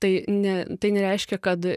tai ne tai nereiškia kad